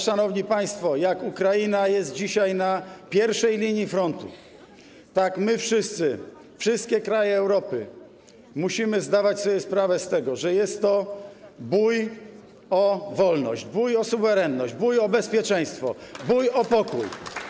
Szanowni państwo, Ukraina jest dzisiaj na pierwszej linii frontu, a my wszyscy, wszystkie kraje Europy musimy zdawać sobie sprawę z tego, że jest to bój o wolność, bój o suwerenność, bój o bezpieczeństwo, bój o pokój.